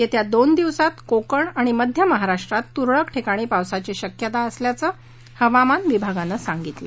येत्या दोन दिवसात कोकण आणि मध्य महाराष्ट्रात तुरळक ठिकाणी पावसाची शक्यता असल्याचं हवामान विभागानं सांगितलं